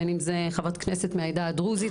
בין אם זאת חברת כנסת ראשונה מהעדה הדרוזית.